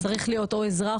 צריך להיות או אזרח,